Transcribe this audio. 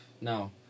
No